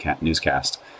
newscast